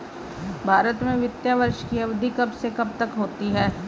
भारत में वित्तीय वर्ष की अवधि कब से कब तक होती है?